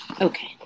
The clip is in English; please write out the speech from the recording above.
Okay